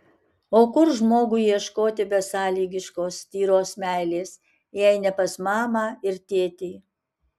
o kur žmogui ieškoti besąlygiškos tyros meilės jei ne pas mamą ir tėtį